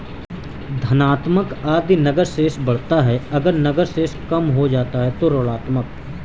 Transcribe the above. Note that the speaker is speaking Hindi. धनात्मक यदि नकद शेष बढ़ता है, अगर नकद शेष कम हो जाता है तो ऋणात्मक